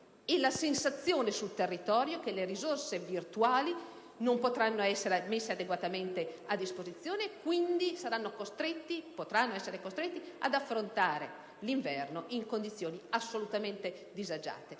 e la sensazione sul territorio che le risorse virtuali non potranno essere messe adeguatamente a disposizione e, quindi, che gli abruzzesi potranno essere costretti ad affrontare l'inverno in condizioni assolutamente disagiate.